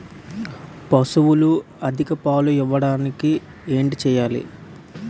పశువులు అధిక పాలు ఇవ్వడానికి ఏంటి చేయాలి